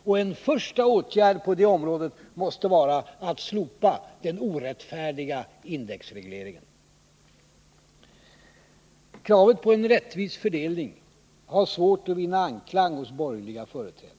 Och en första åtgärd på det området måste vara att slopa den orättfärdiga indexregleringen. Kravet på en rättvis fördelning har svårt att vinna anklang hos borgerliga företrädare.